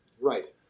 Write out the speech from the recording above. Right